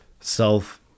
self